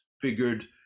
figured